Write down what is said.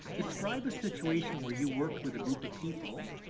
describe a situation where you work with a group of people,